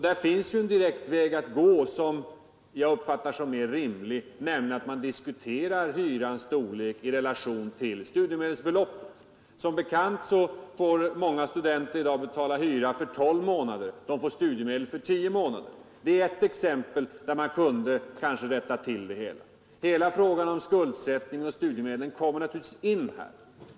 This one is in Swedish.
Det finns en direkt väg att gå som jag anser är rimlig, nämligen att man ställer hyrans storlek i relation till studiemedelsbeloppet. Som bekant får många studenter i dag betala hyra för tolv månader, medan de får studiemedel för tio månader. Det är en punkt där åtgärder skulle kunna vidtagas. Hela frågan om skuldsättningen och studiemedlen kommer in här.